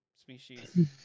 species